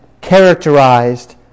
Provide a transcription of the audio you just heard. characterized